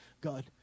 God